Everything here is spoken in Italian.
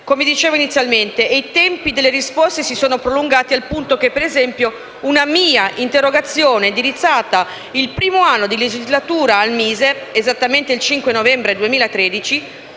come dicevo inizialmente, e i tempi delle risposte si sono prolungati al punto che, per esempio, una mia interrogazione indirizzata il primo anno di legislatura al MISE, esattamente il 5 novembre 2013,